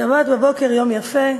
שבת בבוקר יום יפה,